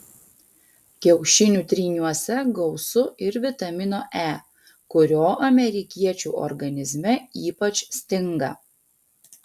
kiaušinių tryniuose gausu ir vitamino e kurio amerikiečių organizme ypač stinga